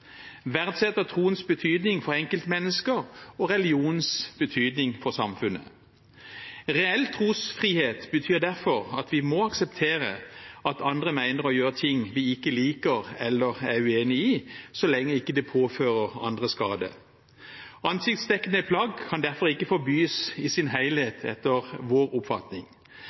verdsetter troens betydning for enkeltmennesker og religionens betydning for samfunnet. Reell trosfrihet betyr derfor at vi må akseptere at andre mener og gjør ting vi ikke liker eller er uenig i, så lenge det ikke påfører andre skade. Ansiktsdekkende plagg kan derfor ikke forbys i sin helhet, etter vår oppfatning.